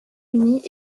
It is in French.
unis